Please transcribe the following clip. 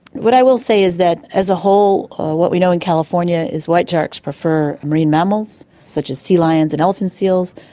what i will say is that as a whole or what we know in california is white sharks prefer marine mammals such as sea lions and elephant seals.